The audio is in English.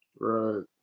Right